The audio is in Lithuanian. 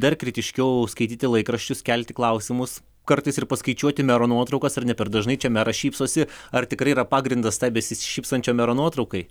dar kritiškiau skaityti laikraščius kelti klausimus kartais ir paskaičiuoti mero nuotraukas ar ne per dažnai čia meras šypsosi ar tikrai yra pagrindas tai besišypsančio mero nuotraukai